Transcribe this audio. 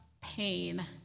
pain